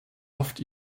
oft